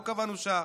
לא קבענו שעה,